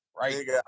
Right